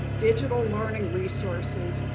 digital learning resources,